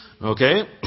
Okay